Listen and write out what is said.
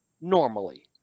normally